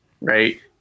right